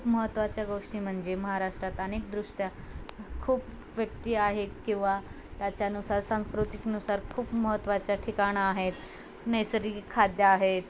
खूप महत्त्वाच्या गोष्टी म्हणजे महाराष्ट्रात अनेक दृष्ट्या खूप व्यक्ती आहेत किंवा त्याच्यानुसार सांस्कृतिकनुसार खूप महत्त्वाच्या ठिकाणं आहेत नैसर्गिक खाद्य आहेत